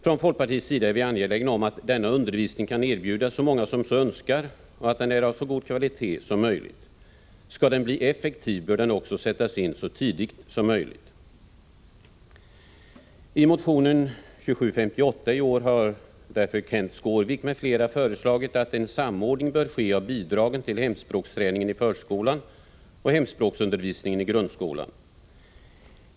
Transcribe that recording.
Från folkpartiets sida är vi angelägna om att denna undervisning kan erbjudas så många som så önskar och att den är av så god kvalitet som möjligt. Skall den bli effektiv bör den också sättas in så tidigt som möjligt. I motionen 2758 i år har därför Kenth Skårvik m.fl. föreslagit att en samordning bör ske av bidragen till hemspråksträningen i förskolan och hemspråksundervisningen i grundskolan.